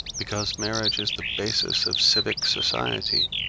because marriage is the basis of civic society